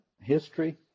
history